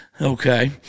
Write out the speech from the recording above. Okay